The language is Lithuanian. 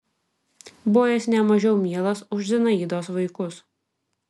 buvo jis ne mažiau mielas už zinaidos vaikus